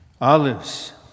olives